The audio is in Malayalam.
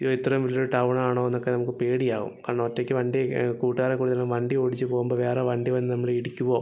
അയ്യോ ഇത്രയും വലിയൊരു ടൗണാണോന്നൊക്കെ നമുക്ക് പേടിയാവും കാരണം ഒറ്റയ്ക്ക് വണ്ടി കൂട്ടുകാരൊക്കെക്കൂടെ ചിലപ്പോള് വണ്ടി ഓടിച്ച് പോവുമ്പോള് വേറെ വണ്ടി വന്ന് നമ്മളെ ഇടിക്കുമോ